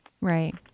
Right